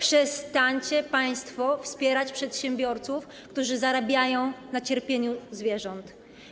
Przestańcie państwo wspierać przedsiębiorców, którzy zarabiają na cierpieniu zwierząt.